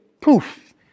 poof